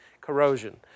corrosion